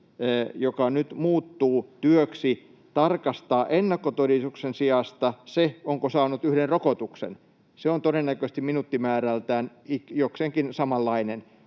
joka nyt muuttuu työksi tarkastaa ennakkotodistuksen sijasta, onko saanut yhden rokotuksen, on todennäköisesti minuuttimäärältään jokseenkin samanlainen,